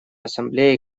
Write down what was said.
ассамблеей